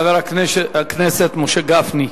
חבר הכנסת משה גפני.